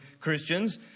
christians